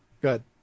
good